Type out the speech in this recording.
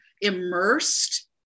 immersed